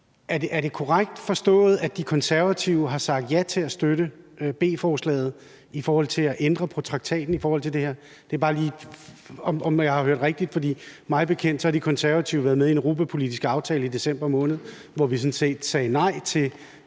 Er det korrekt forstået, at De Konservative har sagt ja til at støtte B-forslaget om at ændre på traktaten i forhold til det her? Jeg ville bare høre, om jeg har hørt rigtigt, for mig bekendt har De Konservative været med i en europapolitisk aftale i december måned, hvor vi sådan set sagde nej til